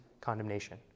condemnation